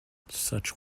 such